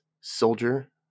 Soldier